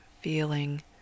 Feeling